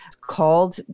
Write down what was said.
called